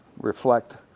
reflect